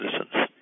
citizens